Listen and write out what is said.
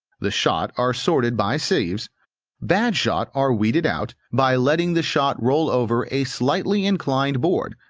the shot are sorted by sieves bad shot are weeded out, by letting the shot roll over a slightly-inclined board,